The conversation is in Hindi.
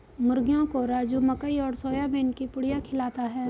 मुर्गियों को राजू मकई और सोयाबीन की पुड़िया खिलाता है